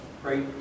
Great